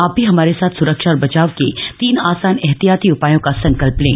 आप भी हमारे साथ सुरक्षा और बचाव के तीन आसान एहतियाती उपायों का संकल्प लें